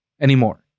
anymore